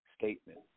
statement